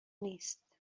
نیست